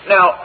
Now